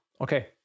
Okay